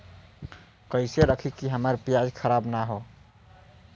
कइसे रखी कि हमार प्याज खराब न हो?